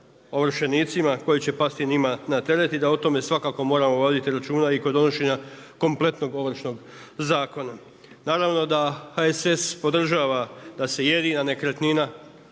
ovršenicima koji će pasti njima na teret i da o tome svakako moramo voditi računa i kod donošenja kompletnog ovršenog zakona. Naravno da HSS podržava da se jedina nekretnina